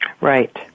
Right